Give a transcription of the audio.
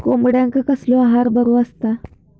कोंबड्यांका कसलो आहार बरो असता?